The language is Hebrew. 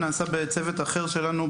שנעשה בצוות אחר שלנו,